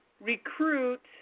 recruit